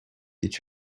each